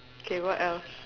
okay what else